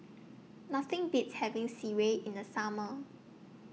Nothing Beats having Sireh in The Summer